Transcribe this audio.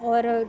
और